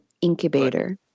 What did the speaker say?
Incubator